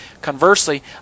conversely